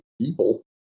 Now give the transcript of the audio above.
people